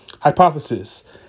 Hypothesis